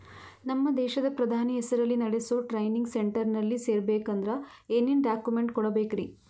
ನಮ್ಮ ದೇಶದ ಪ್ರಧಾನಿ ಹೆಸರಲ್ಲಿ ನೆಡಸೋ ಟ್ರೈನಿಂಗ್ ಸೆಂಟರ್ನಲ್ಲಿ ಸೇರ್ಬೇಕಂದ್ರ ಏನೇನ್ ಡಾಕ್ಯುಮೆಂಟ್ ಕೊಡಬೇಕ್ರಿ?